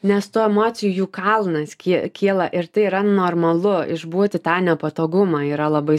nes tų emocijų kalnas ki kyla ir tai yra normalu išbūti tą nepatogumą yra labai